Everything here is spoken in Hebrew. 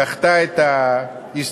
דחתה את ההסתייגויות.